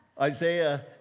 Isaiah